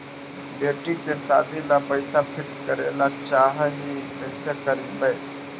बेटि के सादी ल पैसा फिक्स करे ल चाह ही कैसे करबइ?